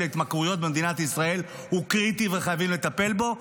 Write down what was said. התמכרויות במדינת ישראל הוא קריטי וחייבים לטפל בו.